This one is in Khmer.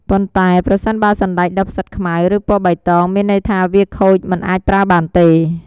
ប៉ុន្តែ ប្រសិនបើសណ្ដែកដុះផ្សិតខ្មៅ ឬពណ៌បៃតង មានន័យថាវាខូច មិនអាចប្រើបានទេ។